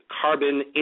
Carbon